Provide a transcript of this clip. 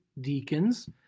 deacons